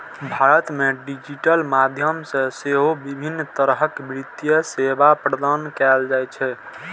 भारत मे डिजिटल माध्यम सं सेहो विभिन्न तरहक वित्तीय सेवा प्रदान कैल जाइ छै